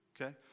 Okay